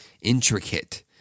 Intricate